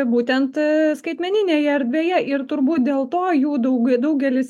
būtent skaitmeninėje erdvėje ir turbūt dėl to jų daug daugelis